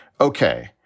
okay